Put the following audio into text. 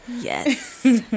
Yes